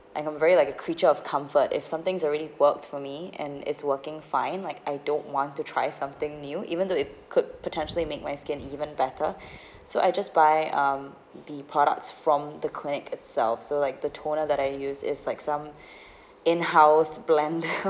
I'm a very like a creature of comfort if somethings already worked for me and it's working fine like I don't want to try something new even though it could potentially make my skin even better so I just buy um the products from the clinic itself so like the toner that I use is like some in house blend